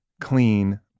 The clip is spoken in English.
clean